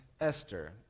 Esther